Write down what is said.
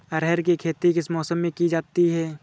अरहर की खेती किस मौसम में की जाती है?